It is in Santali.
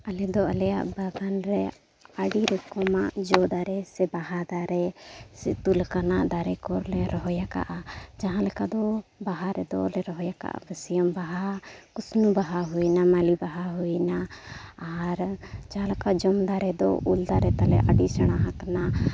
ᱟᱞᱮᱫᱚ ᱟᱞᱮᱭᱟᱜ ᱵᱟᱜᱟᱱᱨᱮ ᱟᱹᱰᱤ ᱨᱚᱠᱚᱢᱟᱜ ᱡᱚ ᱫᱟᱨᱮ ᱥᱮ ᱵᱟᱦᱟ ᱫᱟᱨᱮ ᱥᱮ ᱩᱛᱩ ᱞᱮᱠᱟᱱᱟᱜ ᱫᱟᱨᱮ ᱠᱚᱞᱮ ᱨᱚᱦᱚᱭ ᱟᱠᱟᱫᱼᱟ ᱡᱟᱦᱟᱸᱞᱮᱠᱟ ᱫᱚ ᱵᱟᱦᱟ ᱨᱮᱫᱚᱞᱮ ᱨᱚᱦᱚᱭ ᱟᱠᱟᱫᱼᱟ ᱵᱟᱹᱥᱭᱟᱹᱢ ᱵᱟᱦᱟ ᱠᱩᱥᱱᱤ ᱵᱟᱦᱟ ᱦᱩᱭᱮᱱᱟ ᱢᱟᱹᱞᱤ ᱵᱟᱦᱟ ᱦᱩᱭᱮᱱᱟ ᱟᱨ ᱡᱟᱦᱟᱸᱞᱮᱠᱟ ᱡᱚᱢ ᱫᱟᱨᱮ ᱫᱚ ᱩᱞ ᱫᱟᱨᱮ ᱛᱟᱞᱮ ᱟᱹᱰᱤ ᱥᱮᱬᱟ ᱟᱠᱟᱱᱟ